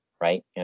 right